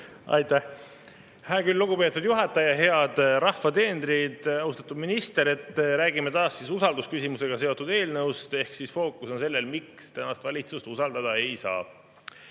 Aitäh! Hää küll, lugupeetud juhataja! Head rahvateenrid! Austatud minister! Räägime taas usaldusküsimusega seotud eelnõust ehk fookus on sellel, miks tänast valitsust usaldada ei